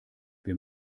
wir